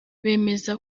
bemeza